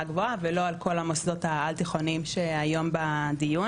גבוהה ולא על כל המוסדות העל-תיכוניים שנמצאים היום בדיון.